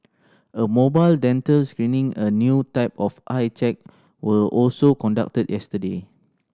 a mobile dental screening a new type of eye check were also conducted yesterday